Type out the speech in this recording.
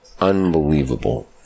unbelievable